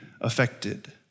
affected